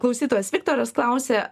klausytojas viktoras klausė